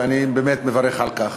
ואני באמת מברך על כך.